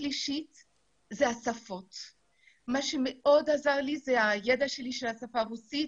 מה שמאוד עזר לי זה הידע שלי בשפה הרוסית,